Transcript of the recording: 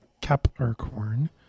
capricorn